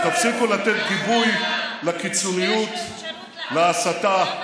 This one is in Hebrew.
אז תפסיקו לתת גיבוי לקיצוניות, להסתה,